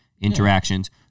interactions